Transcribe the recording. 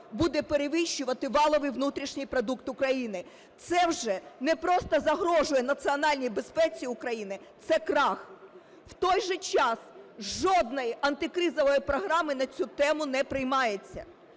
буде перевищувати валовий внутрішній продукт України. Це вже не просто загрожує національній безпеці України - це крах. В той же час, жодної антикризової програми на цю тему не приймається.